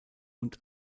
und